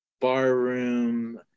barroom